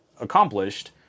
accomplished